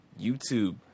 YouTube